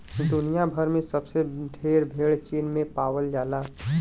दुनिया भर में सबसे ढेर भेड़ चीन में पावल जाला